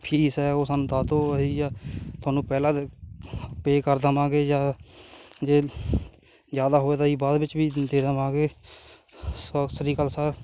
fees ਹੈ ਉਹ ਸਾਨੂੰ ਦੱਸ ਦਿਓ ਅਸੀਂ ਜਾਂ ਤੁਹਾਨੂੰ ਪਹਿਲਾਂ ਪੇ ਕਰ ਦੇਵਾਂਗੇ ਜਾਂ ਜੇ ਜ਼ਿਆਦਾ ਹੋਵੇ ਤਾਂ ਜੀ ਬਾਅਦ ਵਿੱਚ ਵੀ ਦੇ ਦੇਵਾਂਗੇ ਸਤਿ ਸ਼੍ਰੀ ਅਕਾਲ ਸਰ